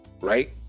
right